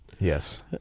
Yes